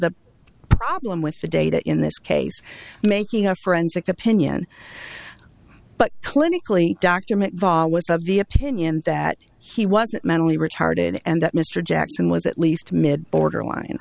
the problem with the data in this case making a forensic opinion but clinically document vaal was the be opinion that he wasn't mentally retarded and that mr jackson was at least mid borderline